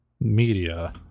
media